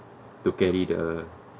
to carry the